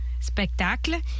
spectacle